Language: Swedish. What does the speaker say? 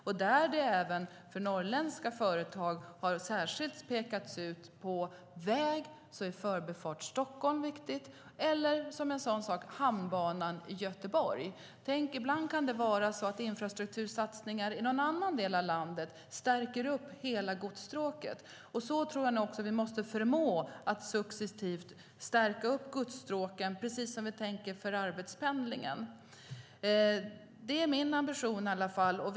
Det har även för norrländska företag särskilt pekats ut att på väg är Förbifart Stockholm viktigt eller en sådan sak som hamnbanan i Göteborg. Ibland kan det vara så att infrastruktursatsningar i någon annan del av landet stärker hela godsstråket. Vi måste förmå att successivt stärka godsstråken som vi tänker göra för arbetspendlingen. Det är i varje fall min ambition.